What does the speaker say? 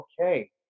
okay